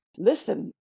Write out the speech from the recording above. listen